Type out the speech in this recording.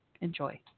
Enjoy